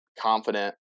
confident